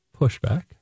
pushback